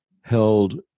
held